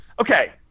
okay